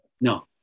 no